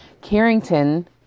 Carrington